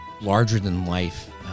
larger-than-life